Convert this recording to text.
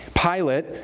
Pilate